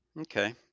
Okay